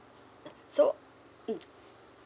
so mm